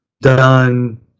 done